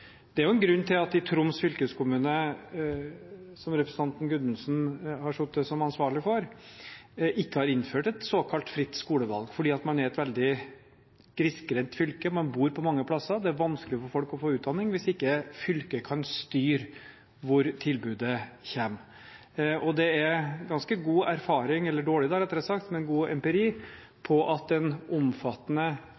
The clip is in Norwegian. Det er jo en grunn til at Troms fylkeskommune, som representanten Gudmundsen har sittet som ansvarlig for, ikke har innført et såkalt fritt skolevalg, fordi det er et grisgrendt fylke, man bor på mange plasser, og det er vanskelig for folk å få utdanning hvis ikke fylket kan styre hvor tilbudet skal være. Det er ganske god erfaring – eller dårlig, rettere sagt – men god empiri